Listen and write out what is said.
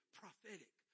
prophetic